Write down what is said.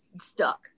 stuck